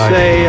say